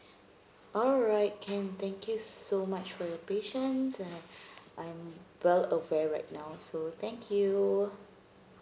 alright can thank you so much for your patience and I'm well aware right now so thank you